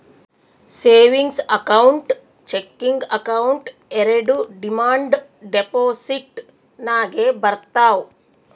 savings account, checking account ಎರೆಡು demand deposit ನಾಗೆ ಬರ್ತಾವ್